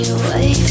away